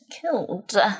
killed